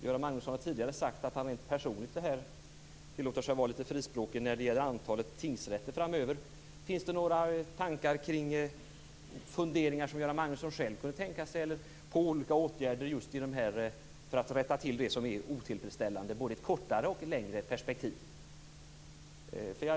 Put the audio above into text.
Göran Magnusson har tidigare sagt att han personligt tillåter sig vara litet frispråkig när det gäller antalet tingsrätter framöver. Finns det några funderingar som Göran Magnusson själv har på olika åtgärder för att rätta till det som är otillfredsställande både i ett kortare och i ett längre perspektiv?